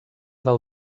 del